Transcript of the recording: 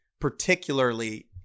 particularly